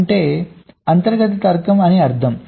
అంటే అంతర్గత తర్కం అని అర్థం